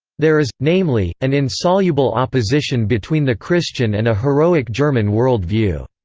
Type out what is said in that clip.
there is, namely, an insoluble opposition between the christian and a heroic-german world view.